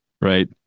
right